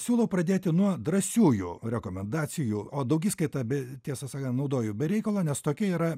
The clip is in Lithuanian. siūlau pradėti nuo drąsiųjų rekomendacijų o daugiskaita be tiesą sakant naudoju be reikalo nes tokia yra